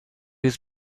was